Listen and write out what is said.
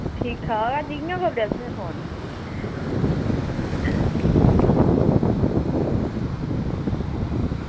ठीक ठाक अज्ज कियां करी ओड़ेआ तुसें फोन